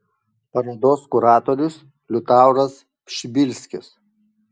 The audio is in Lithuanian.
parodos kuratorius liutauras pšibilskis